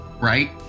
right